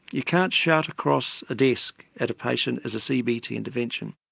you can't shout across a desk at a patient as a cbt intervention.